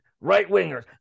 right-wingers